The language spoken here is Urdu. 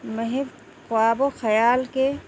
محض خواب و خیال کے